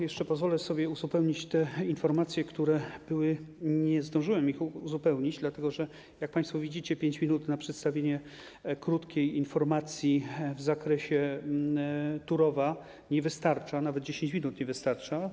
Jeszcze pozwolę sobie uzupełnić te informacje, których nie zdążyłem uzupełnić, dlatego że, jak państwo widzicie, 5 minut na przedstawienie krótkiej informacji w zakresie Turowa nie wystarcza, nawet 10 minut nie wystarcza.